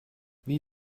wie